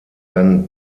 dann